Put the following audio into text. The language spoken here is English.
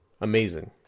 amazing